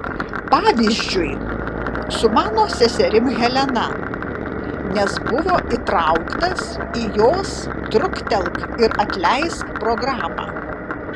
pavyzdžiui su mano seserim helena nes buvo įtrauktas į jos truktelk ir atleisk programą